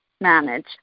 manage